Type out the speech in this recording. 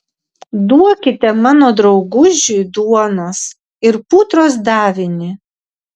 duokite mano draugužiui duonos ir putros davinį